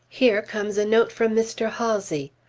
here comes a note from mr. halsey!